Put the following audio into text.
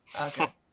Okay